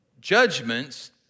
judgments